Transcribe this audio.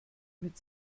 mit